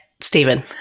Stephen